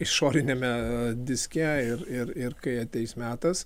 išoriniame diske ir ir ir kai ateis metas